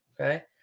Okay